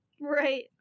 Right